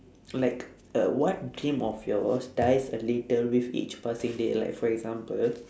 like uh what dream of yours dies a little with each passing day like for example